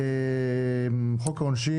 חוק העונשין,